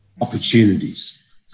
opportunities